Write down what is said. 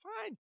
fine